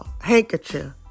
handkerchief